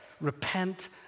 Repent